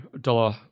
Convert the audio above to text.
dollar